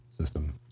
system